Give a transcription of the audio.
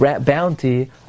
bounty